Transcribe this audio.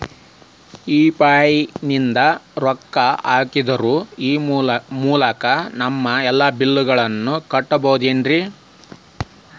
UPI ನಿಂದ ರೊಕ್ಕ ಹಾಕೋದರ ಮೂಲಕ ನಮ್ಮ ಎಲ್ಲ ಬಿಲ್ಲುಗಳನ್ನ ಕಟ್ಟಬಹುದೇನ್ರಿ?